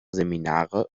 seminare